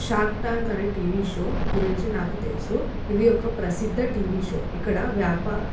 shark Tank అనే TV show గురించి నాకు తెలుసు ఇది ఒక ప్రసిద్ధ టీవీ షో ఇక్కడ వ్యాప